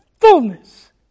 fullness